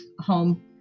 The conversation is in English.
home